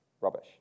rubbish